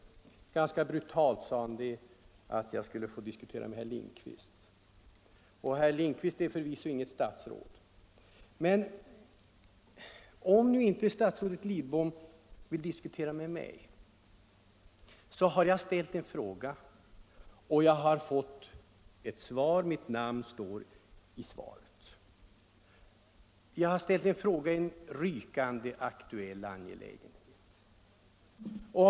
Ganska brutalt sade han att jag skulle få debattera den här frågan med herr Lindkvist, och herr Lindkvist är förvisso inget statsråd. Men om nu inte statsrådet Lidbom vill diskutera med mig, så vill jag erinra om att jag har ställt en fråga till statsrådet och jag har fått ett svar. Mitt namn är omnämnt i svaret. Spörsmålet gäller en rykande aktuell angelägenhet.